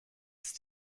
ist